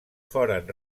foren